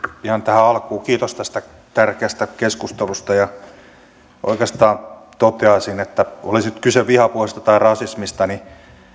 ihan tähän alkuun kiitos tästä tärkeästä keskustelusta oikeastaan toteaisin että oli sitten kyse vihapuheesta tai rasismista niin